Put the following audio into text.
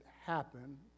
happen